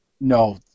no